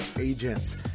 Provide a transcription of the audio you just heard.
agents